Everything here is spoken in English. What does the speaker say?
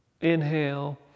Inhale